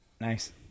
Nice